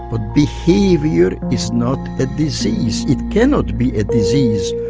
but behaviour is not a disease, it cannot be a disease,